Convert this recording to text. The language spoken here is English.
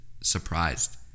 surprised